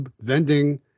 vending